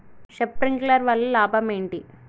Sprinkler వల్ల లాభం ఏంటి?